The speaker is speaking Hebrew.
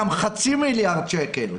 גם חצי מיליארד שקל.